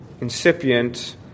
incipient